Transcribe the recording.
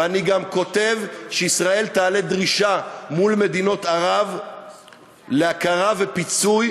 ואני גם כותב שישראל תעלה דרישה מול מדינות ערב להכרה ופיצוי